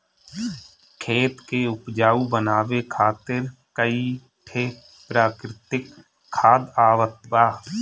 खेत के उपजाऊ बनावे खातिर कई ठे प्राकृतिक खाद आवत बा